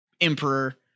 emperor